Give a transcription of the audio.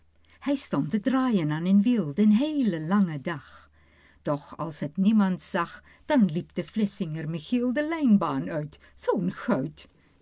hij stond te draaien aan een wiel den heelen langen dag doch als het niemand zag dan liep de vlissinger michiel de lijnbaan uit zoo'n guit